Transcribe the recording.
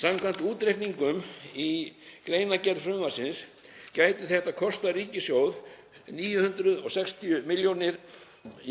Samkvæmt útreikningum í greinargerð frumvarpsins gæti þetta kostað ríkissjóð 960 milljónir